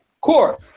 Core